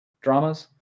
dramas